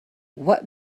what